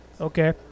Okay